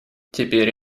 теперь